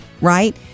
right